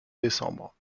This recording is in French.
décembre